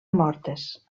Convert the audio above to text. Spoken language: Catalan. mortes